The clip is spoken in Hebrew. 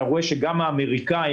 אתה רואה שגם האמריקאים,